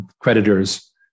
creditors